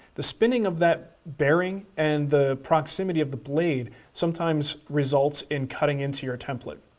the spinning of that bearing and the proximity of the blade sometimes results in cutting into your template,